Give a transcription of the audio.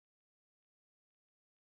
boy and a girl